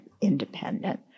independent